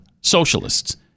socialists